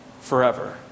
forever